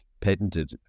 patented